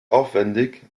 aufwendig